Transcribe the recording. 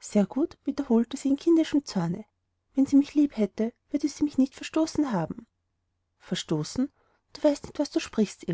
sehr gut wiederholte sie in kindischem zorne wenn sie mich lieb hätte würde sie mich nicht verstoßen haben verstoßen du weißt nicht was du sprichst